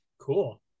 Cool